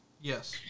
Yes